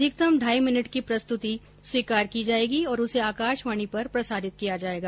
अधिकतम ढाई मिनट की प्रस्तुति स्वीकार की जाएगी और उसे आकाशवाणी पर प्रसारित किया जाएगा